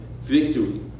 victory